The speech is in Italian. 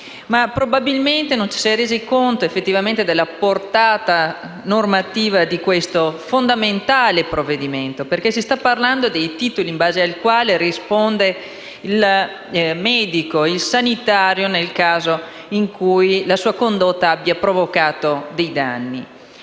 probabilmente non ci si è resi effettivamente conto della portata normativa di questo fondamentale provvedimento Stiamo parlando dei titoli in base ai quali rispondono il medico e il sanitario nel caso in cui la loro condotta abbia provocato dei danni.